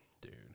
dude